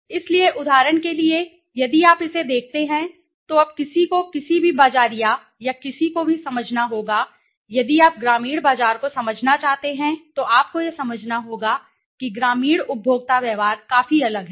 इसलिए उदाहरण के लिए अन्य उदाहरण यदि आप इसे देखते हैं तो अब किसी को किसी भी बाज़ारिया या किसी को भी समझना होगा यदि आप ग्रामीण बाजार को समझना चाहते हैं तो आपको यह समझना होगा कि ग्रामीण उपभोक्ता व्यवहार काफी अलग है